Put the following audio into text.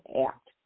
Act